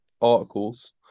articles